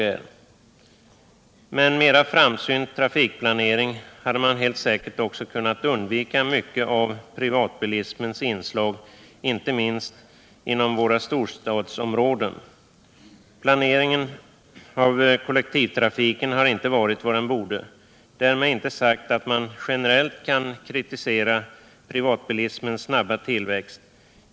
Med en 151 mer framsynt trafikplanering hade man helt säkert också kunnat undvika mycket av privatbilismens inslag, inte minst inom våra storstadsområden. Planeringen av kollektivtrafiken har inte varit vad den borde varit — därmed inte sagt att man generellt kan kritisera privatbilismens snabba tillväxt.